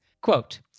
quote